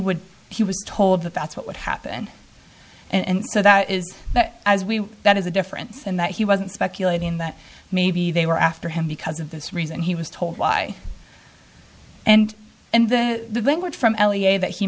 would he was told that that's what would happen and so that is that as we that is a difference in that he wasn't speculating that maybe they were after him because of this reason he was told why and and then the language from elie a that he